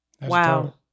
Wow